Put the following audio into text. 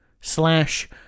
slash